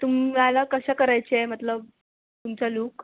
तुम्हाला कसं करायचं आहे मतलब तुमचा लूक